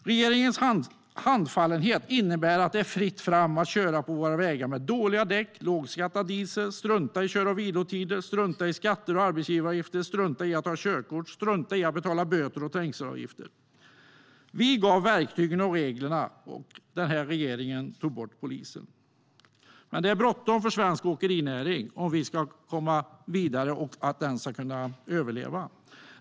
Regeringens handfallenhet innebär att det är fritt fram att köra på vägar med dåliga däck och lågskattad diesel, strunta i kör och vilotider, strunta i skatter och arbetsgivaravgifter, strunta i att ha körkort och strunta i att betala böter och trängselavgifter. Vi gav verktygen och reglerna, och den här regeringen tog bort polisen. Det är bråttom för svensk åkerinäring, om vi ska komma vidare och näringen ska kunna överleva.